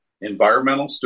environmental